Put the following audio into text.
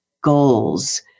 goals